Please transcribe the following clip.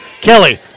Kelly